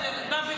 בסדר, דוד.